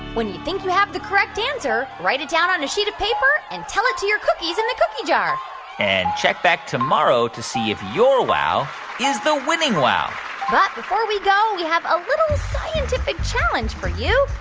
when you think you have the correct answer, write it down on a sheet of paper and tell it to your cookies in the cookie jar and check back tomorrow to see if your wow is the winning wow but before we go, we have a little scientific challenge for you.